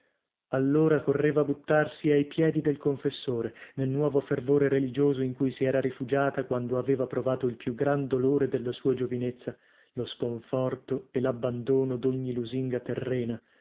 allora correva a buttarsi ai piedi del confessore nel nuovo fervore religioso in cui si era rifugiata quando aveva provato il più gran dolore della sua giovinezza lo sconforto e labbandono dogni lusinga terrena